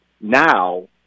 now